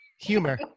Humor